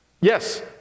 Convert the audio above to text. Yes